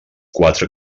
quatre